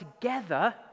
together